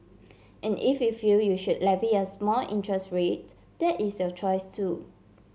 and if you feel you should levy a small interest rate that is your choice too